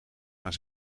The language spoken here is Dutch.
aan